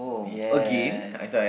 yes